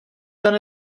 dan